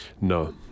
No